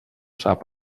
sap